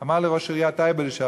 אשר עושים